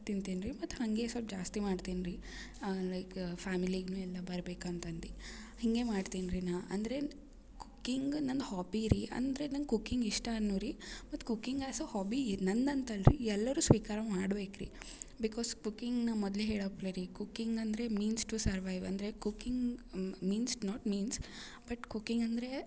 ತಿಂತೀನಿ ರೀ ಮತ್ತು ಹಂಗೆ ಸ್ವಲ್ಪ ಜಾಸ್ತಿ ಮಾಡ್ತೀನಿ ರೀ ಲೈಕ ಫ್ಯಾಮಿಲಿಗು ಎಲ್ಲ ಬರ್ಬೇಕು ಅಂತಂದು ಹಂಗೆ ಮಾಡ್ತೀನಿ ರೀ ನಾ ಅಂದರೆ ಕುಕ್ಕಿಂಗ್ ನಂಗೆ ಹಾಬಿ ರೀ ಅಂದರೆ ನಂಗೆ ಕುಕ್ಕಿಂಗ್ ಇಷ್ಟಾ ರೀ ಮತ್ತು ಕುಕ್ಕಿಂಗ್ ಆ್ಯಸ್ ಅ ಹಾಬೀ ನಂಗೆ ಅಂತ ಅಲ್ರಿ ಎಲ್ಲರು ಸ್ವೀಕಾರ ಮಾಡ್ಬೇಕು ರೀ ಬಿಕಾಸ್ ಕುಕ್ಕಿಂಗ್ ನಾ ಮೊದಲೆ ಹೇಳಪ್ಲೇ ರೀ ಕುಕ್ಕಿಂಗ್ ಅಂದರೆ ಮೀನ್ಸ್ ಟು ಸರ್ವೈವ್ ಅಂದರೆ cooking means not means but cooking ಅಂದರೆ